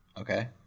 Okay